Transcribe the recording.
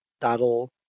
that'll